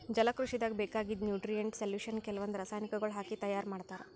ಜಲಕೃಷಿದಾಗ್ ಬೇಕಾಗಿದ್ದ್ nutrient solution ಕೆಲವಂದ್ ರಾಸಾಯನಿಕಗೊಳ್ ಹಾಕಿ ತೈಯಾರ್ ಮಾಡ್ತರ್